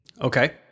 Okay